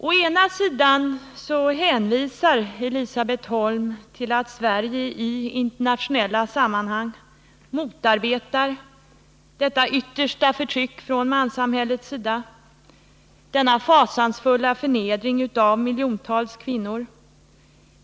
Å ena sidan hänvisar Elisabet Holm till att Sverige i internationella sammanhang motarbetar detta yttersta förtryck från manssamhällets sida, denna fasansfulla förnedring av miljontals kvinnor.